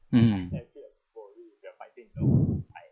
mmhmm